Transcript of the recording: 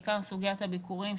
בעיקר סוגיית הביקורים,